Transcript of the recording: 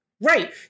Right